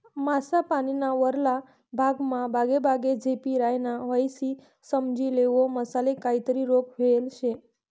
मासा पानीना वरला भागमा बागेबागे झेपी रायना व्हयी ते समजी लेवो मासाले काहीतरी रोग व्हयेल शे